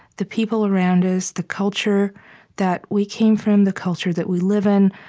the people around us, the culture that we came from, the culture that we live in,